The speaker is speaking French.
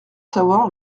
savoir